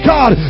God